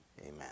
Amen